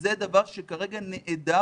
זה דבר שכרגע נעדר